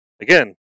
again